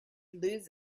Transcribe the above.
lose